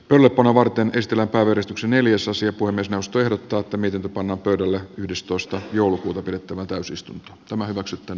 pelkona varten pistellä uudistuksen neljäsosia puun ostojen tuottamisen tapa nopeudella yhdestoista joulukuuta pidettävät eu siis tämä maksetaan